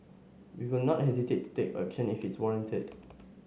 we will not hesitate to take action if it is warranted